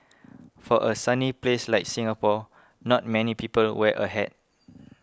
for a sunny place like Singapore not many people wear a hat